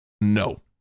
no